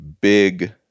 big